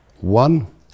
One